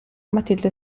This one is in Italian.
matilde